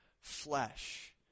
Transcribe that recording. flesh